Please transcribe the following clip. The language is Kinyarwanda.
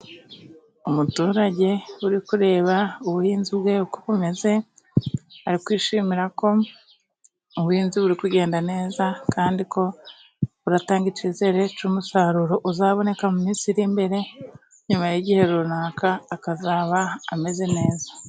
Umuturage uri kureba ubuhinzi bwe uko bumeze ari kwishimira ko ubuhinzi buri kugenda neza, kandi ko buratanga icyizere cy'umusaruro uzaboneka mu minsi iri imbere, nyuma y'igihe runaka akazaba ameze neza.